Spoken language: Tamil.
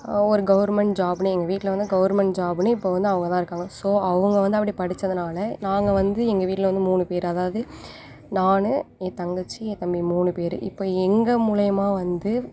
ஒரு கவர்மெண்ட் ஜாபுன்னு எங்கள் வீட்டில் வந்து கவர்மெண்ட் ஜாபுன்னு இப்போ வந்து அவங்கதான் இருக்காங்க ஸோ அவங்க வந்து அப்படி படிச்சதுனால் நாங்கள் வந்து எங்கள் வீட்டில் வந்து மூணு பேர் அதாவது நான் என் தங்கச்சி என் தம்பி மூணு பேர் இப்போ எங்கள் மூலிமா வந்து